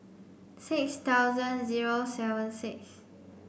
six thousand zero seven six